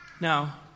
Now